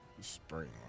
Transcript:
spring